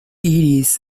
iris